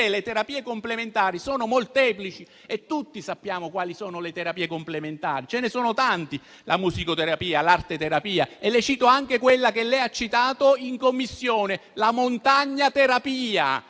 le terapie complementari sono molteplici. E tutti sappiamo quali sono le terapie complementari: la musicoterapia, l'arte terapia e anche quella che lei ha citato in Commissione, la montagna terapia.